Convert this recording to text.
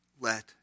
let